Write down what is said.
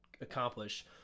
accomplish